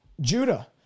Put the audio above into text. Judah